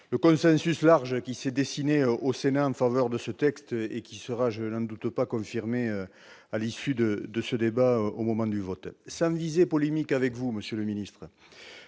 le consensus large qui s'est dessiné au Sénat en faveur de ce texte et qui sera, je n'en doute pas, confirmé à l'issue de ce débat au moment du vote sur l'ensemble. Je le dis sans aucune visée